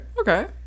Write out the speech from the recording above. okay